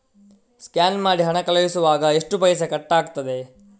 Scan ಮಾಡಿ ಹಣ ಕಳಿಸುವಾಗ ಎಷ್ಟು ಪೈಸೆ ಕಟ್ಟಾಗ್ತದೆ?